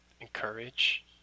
encourage